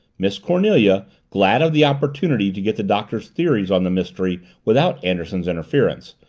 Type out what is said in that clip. miss cornelia, glad of the opportunity to get the doctor's theories on the mystery without anderson's interference,